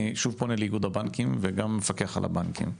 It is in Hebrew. אני שוב פונה לאיגוד הבנקים ולמפקח על הבנקים,